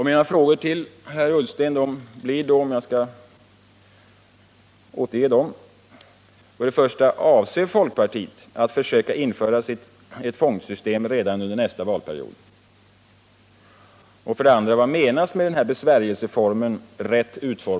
Mina frågor till herr Ullsten blir därför, om jag skall återge dem: 1. Avser folkpartiet att försöka införa sitt fondsystem redan under nästa valperiod? 3.